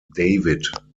david